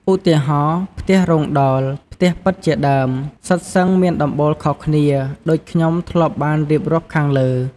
ឧទាហរណ៍ ផ្ទះរោងដោល, ផ្ទះប៉ិតជាដើម សុទ្ធសឹងមានដំបូលខុសគ្នា ដូចខ្ញុំធ្លាប់បានរៀបរាប់ខាងលើ។